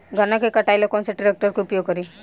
गन्ना के कटाई ला कौन सा ट्रैकटर के उपयोग करी?